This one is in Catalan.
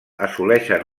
assoleixen